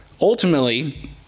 Ultimately